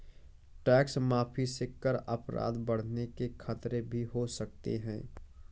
tax माफी से कर अपराध बढ़ने के खतरे भी हो सकते हैं